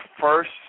first